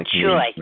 sure